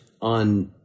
on